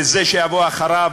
וזה שיבוא אחריו,